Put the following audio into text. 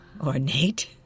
Ornate